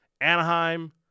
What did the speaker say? Anaheim